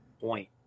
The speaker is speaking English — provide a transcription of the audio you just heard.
point